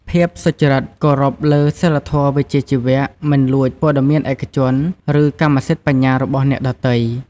ភាពសុចរិតគោរពលើសីលធម៌វិជ្ជាជីវៈ មិនលួចព័ត៌មានឯកជន ឬកម្មសិទ្ធិបញ្ញារបស់អ្នកដទៃ។